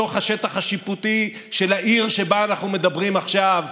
בתוך השטח השיפוטי של העיר שבה אנחנו מדברים עכשיו,